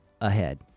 ahead